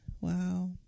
wow